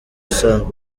usanzwe